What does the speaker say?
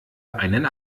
einen